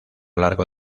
largo